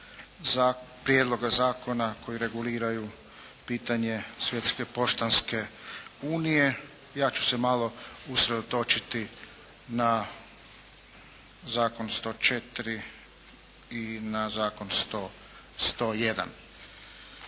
prijedloga zakona koji reguliraju pitanje svjetske poštanske unije. Ja ću se malo usredotočiti na zakon 104 i na zakon 101.